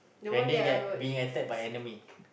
when they get being attack by enemy